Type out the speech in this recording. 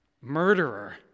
murderer